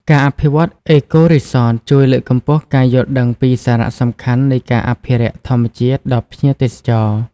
ការអភិវឌ្ឍ អេកូរីសត ជួយលើកកម្ពស់ការយល់ដឹងពីសារៈសំខាន់នៃការអភិរក្សធម្មជាតិដល់ភ្ញៀវទេសចរ។